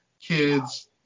kids